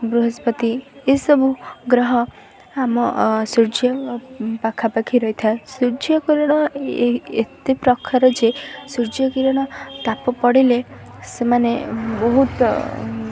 ବୃହସ୍ପତି ଏସବୁ ଗ୍ରହ ଆମ ସୂର୍ଯ୍ୟ ପାଖାପାଖି ରହିଥାଏ ସୂର୍ଯ୍ୟକିରଣ ଏତେ ପ୍ରକାର ଯେ ସୂର୍ଯ୍ୟକିରଣ ତାପ ପଡ଼ିଲେ ସେମାନେ ବହୁତ